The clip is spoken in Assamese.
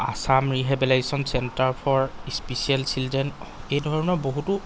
Assam rehabilitation centre for special children এইধৰণৰ বহুতো